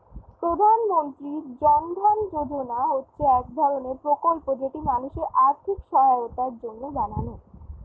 প্রধানমন্ত্রী জন ধন যোজনা হচ্ছে এক ধরণের প্রকল্প যেটি মানুষের আর্থিক সহায়তার জন্য বানানো